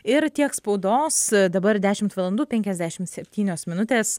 ir tiek spaudos dabar dešimt valandų penkiasdešimt septynios minutės